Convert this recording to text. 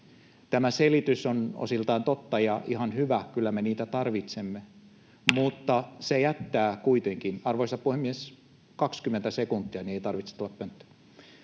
Tämä selitys on osiltaan totta, ja ihan hyvä, kyllä me niitä tarvitsemme, mutta se jättää kuitenkin... — Arvoisa puhemies! 20 sekuntia, niin ei tarvitse tulla pönttöön.